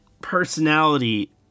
personality